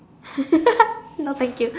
no thank you